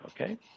okay